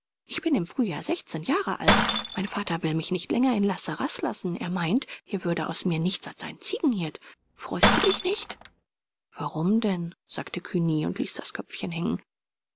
ich bin im frühjahr sechzehn jahre alt mein vater will mich nicht länger in la sarraz lassen er meint hier würde aus mir nichts als ein ziegenhirt freust du dich nicht warum denn sagte cugny und ließ das köpfchen hängen